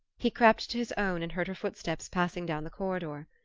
he crept to his own and heard her footsteps passing down the corridor.